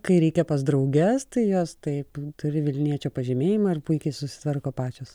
kai reikia pas drauges tai jas taip turi vilniečio pažymėjimą ir puikiai susitvarko pačios